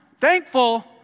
thankful